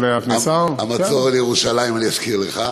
של הכניסה, המצור על ירושלים, אני אזכיר לך.